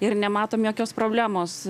ir nematom jokios problemos